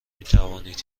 میتوانید